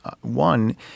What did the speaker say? One